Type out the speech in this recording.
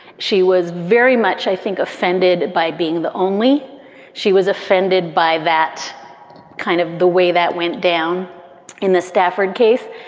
she was very much, i think, offended by being the only she was offended by that kind of the way that went down in the stafford case.